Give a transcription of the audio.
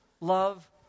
love